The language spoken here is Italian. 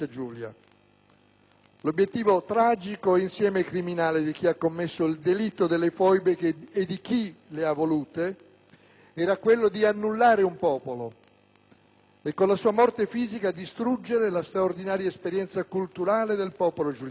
L'obiettivo tragico e, insieme, criminale di chi ha commesso il delitto delle foibe e di chi le ha volute era quello di annullare un popolo e, con la sua morte fisica, di distruggere la straordinaria esperienza culturale del popolo giuliano.